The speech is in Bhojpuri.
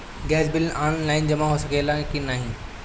गैस बिल ऑनलाइन जमा हो सकेला का नाहीं?